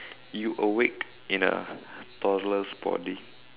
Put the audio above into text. you awake in a toddler's body